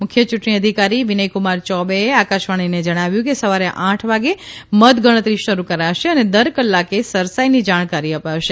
મુખ્ય ચુંટણી અધિકારી વિનયકુમાર ચૌબેએ આકાશવાણીને જણાવ્યું કે સવારે આઠ વાગે મતગણતરી શરૂ કરાશે અને દર કલાકે સરસાઇની જાણકારી અપાશે